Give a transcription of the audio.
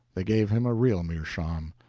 they gave him a real meerschaum.